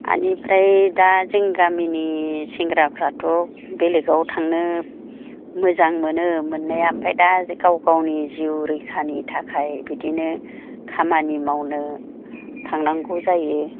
बेनिफ्राय दा जों गामिनि सेंग्राफ्राथ' बेलेगाव थांनो मोजां मोनो मोननाया ओमफाय दा गाव गावनि जिउ रैखानि थाखाय बिदिनो खामानि मावनो थांनांगौ जायो